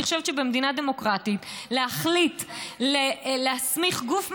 אני חושבת שבמדינה דמוקרטית להחליט להסמיך גוף מסוים,